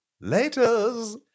Later's